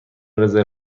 رزرو